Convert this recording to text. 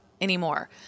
anymore